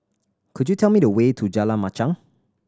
could you tell me the way to Jalan Machang